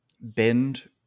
bend